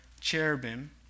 cherubim